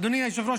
אדוני היושב-ראש,